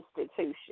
Institution